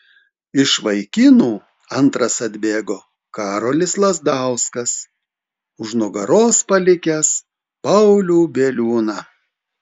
iš vaikinų antras atbėgo karolis lazdauskas už nugaros palikęs paulių bieliūną